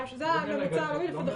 זה הממוצע העולמי.